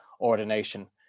ordination